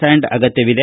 and ಅಗತ್ಯವಿದೆ